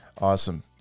Awesome